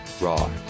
raw